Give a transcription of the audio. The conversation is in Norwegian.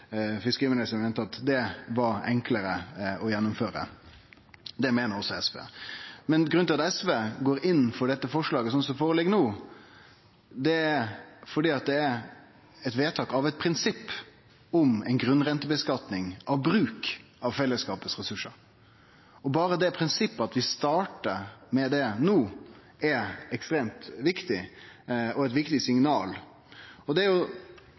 fiskeriministeren meinte at det var enklare å gjennomføre. Det meiner også SV. Men grunnen til at SV går inn for forslaget slik det ligg føre no, er at ein vedtar eit prinsipp om ei grunnrenteskattlegging av bruken av ressursane til fellesskapen. Berre det at vi startar med det prinsippet no, er ekstremt viktig og eit viktig signal. Det er